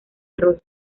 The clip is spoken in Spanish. rosa